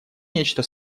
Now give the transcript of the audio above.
нечто